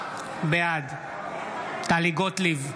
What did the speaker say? בעד טלי גוטליב,